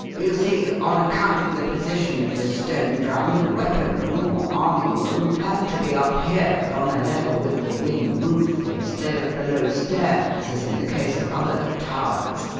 you see, on account of the position of the stone drum, the weapon room, or arming-room, had to be up here on a level with the wing roof, instead of below stairs, as in the case of other towers.